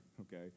okay